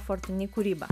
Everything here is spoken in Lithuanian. fortini kūrybą